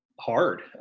hard